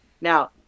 Now